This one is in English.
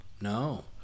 No